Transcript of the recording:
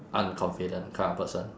unconfident kind of person